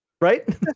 Right